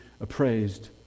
appraised